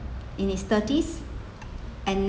in his thirties and